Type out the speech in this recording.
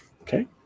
Okay